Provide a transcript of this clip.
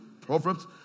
Proverbs